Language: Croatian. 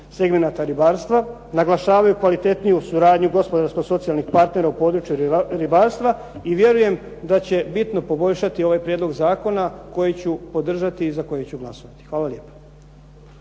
segmenata ribarstva, naglašavaju kvalitetniju suradnju gospodarsko-socijalnih partnera u području ribarstva i vjerujem da će bitno poboljšati ovaj prijedlog zakona koji ću podržati i za koji ću glasovati. Hvala lijepa.